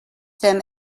them